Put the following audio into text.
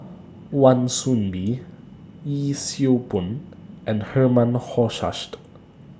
Wan Soon Bee Yee Siew Pun and Herman Hochstadt